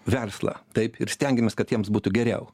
verslą taip ir stengėmės kad jiems būtų geriau